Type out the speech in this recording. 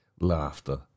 laughter